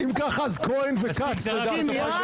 אז כמה יש בסך הכול?